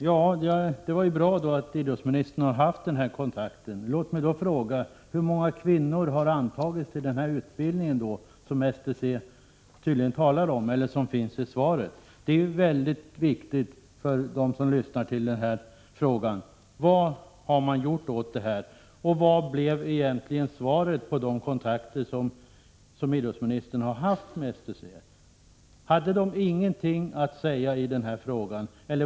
Herr talman! Det är bra att idrottsministern haft denna kontakt. Låt mig då fråga: Hur många kvinnor har antagits till den utbildning som det talas om i svaret? Det är viktigt för dem som lyssnar på debatten att få veta vad man har gjort i denna fråga. Vad blev resultatet av kontakterna som idrottsministern haft med STC? Hade man där ingenting att säga i denna fråga?